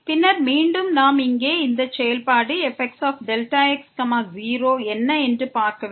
பின்னர் மீண்டும் நாம் இங்கே இந்த செயல்பாடு fxΔx0 என்ன என்று பார்க்க வேண்டும்